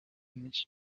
admis